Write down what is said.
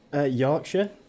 Yorkshire